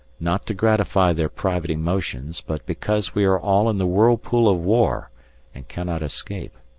not to gratify their private emotions, but because we are all in the whirlpool of war and cannot escape.